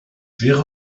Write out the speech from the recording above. wäre